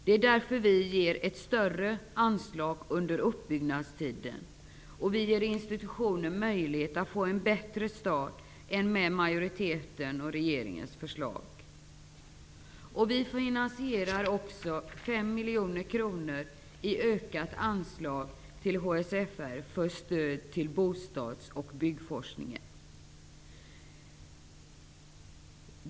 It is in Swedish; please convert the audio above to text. Därför vill vi ge ett större anslag under uppbyggnadstiden och ge institutionen möjlighet att få en bättre start än majoriteten och regeringen. Vi har också finansiering för 5 miljoner kronor i ökat anslag HSFR för stöd till bostads och byggforskningen.